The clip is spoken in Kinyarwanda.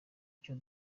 icyo